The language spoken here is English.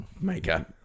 Maker